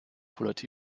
kullerte